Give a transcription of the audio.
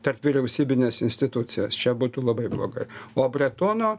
tarpvyriausybines institucijas čia būtų labai bloga o bretono